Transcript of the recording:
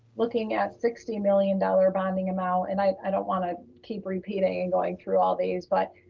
looking at sixty million dollars bonding amount, and i don't want to keep repeating and going through all these, but